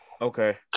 Okay